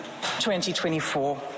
2024